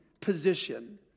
position